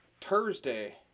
Thursday